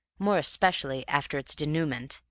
more especially after its denouement,